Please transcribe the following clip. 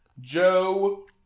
Joe